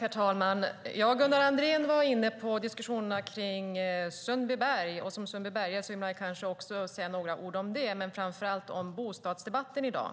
Herr talman! Gunnar Andrén var inne på diskussionerna kring Sundbyberg, och som sundbybergare vill man kanske säga några ord om det men framför allt om bostadsdebatten i dag.